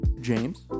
James